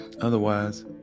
otherwise